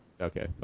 Okay